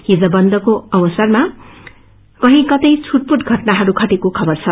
हिज बन्दको अवसरमााकही कही छूटपूट घटनाहरू घटेको खबर छ